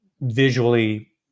visually